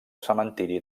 cementiri